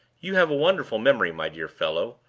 you have a wonderful memory, my dear fellow.